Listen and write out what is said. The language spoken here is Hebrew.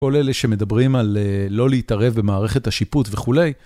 כל אלה שמדברים על לא להתערב במערכת השיפוט וכולי.